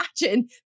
imagine